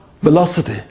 velocity